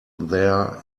there